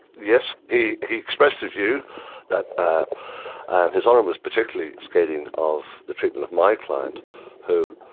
yes, he he expressed the view that, ah his honour was particularly scathing of the treatment of my client who,